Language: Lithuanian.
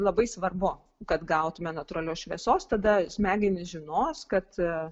labai svarbu kad gautume natūralios šviesos tada smegenys žinos kad